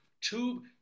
Tube